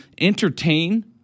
entertain